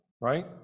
right